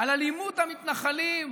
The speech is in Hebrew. על אלימות המתנחלים,